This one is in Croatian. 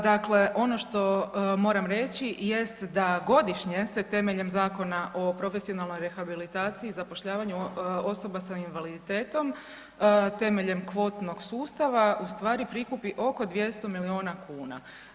Dakle, ono što moramo reći jest da godišnje se temeljem Zakona o profesionalnoj rehabilitaciji i zapošljavanju osoba s invaliditetom temeljem kvotnog sustava ustvari prikupi oko 200 milijuna kuna.